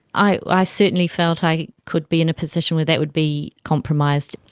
i i certainly felt i could be in a position where that would be compromised.